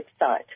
website